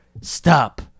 Stop